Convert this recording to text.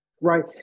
right